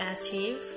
achieve